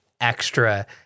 extra